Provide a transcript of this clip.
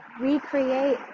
recreate